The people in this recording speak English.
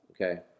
okay